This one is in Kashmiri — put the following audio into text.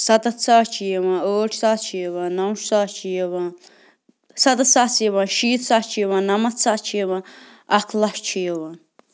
سَتَتھ ساس چھِ یِوان ٲٹھ ساس چھِ یِوان نَو ساس چھِ یِوان سَتَتھ ساس یِوان شیٖتھ ساس چھِ یِوان نَمَتھ ساس چھِ یِوان اَکھ لَچھ چھِ یِوان